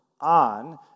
on